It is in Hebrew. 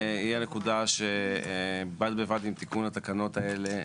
היא הנקודה שבד בבד עם תיקון התקנות האלה,